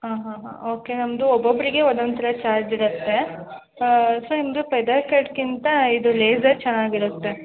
ಹಾಂ ಹಾಂ ಹಾಂ ಓಕೆ ನಮ್ದು ಒಬ್ಬೊಬ್ರಿಗೆ ಒಂದೊಂದು ಥರ ಚಾರ್ಜ್ ಇರುತ್ತೆ ಹಾಂ ಫೆ ನಿಮ್ದು ಫೆದರ್ ಕಟ್ಗಿಂತ ಇದು ಲೇಸರ್ ಚೆನ್ನಾಗಿರುತ್ತೆ